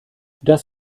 das